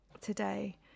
today